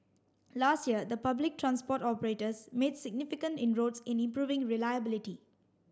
last year the public transport operators made significant inroads in improving reliability